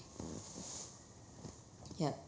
yup